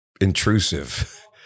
intrusive